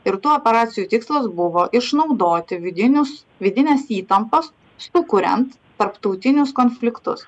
ir tų operacijų tikslas buvo išnaudoti vidinius vidines įtampas sukuriant tarptautinius konfliktus